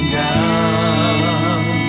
down